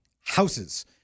houses